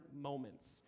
moments